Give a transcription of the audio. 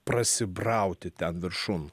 prasibrauti ten viršun